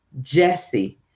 jesse